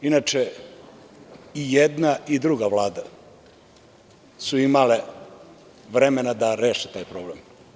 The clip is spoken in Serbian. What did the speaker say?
Inače, i jedna i druga vlada su imale vremena da reše taj problem.